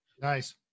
Nice